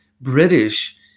British